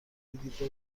دیدی